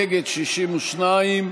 נגד, 62,